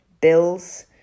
bills